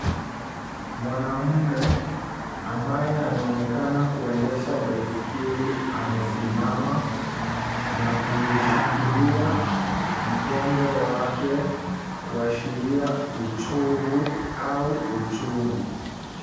Mwanaume ambaye anaonekana kuendesha baiskeli, amesimama na kuushikilia mgongo wake kuashiria uchovu au uchungu.